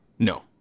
No